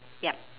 ya